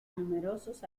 numerosos